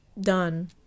done